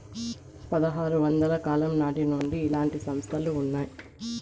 పదహారు వందల కాలం నాటి నుండి ఇలాంటి సంస్థలు ఉన్నాయి